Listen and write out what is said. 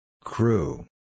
Crew